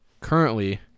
currently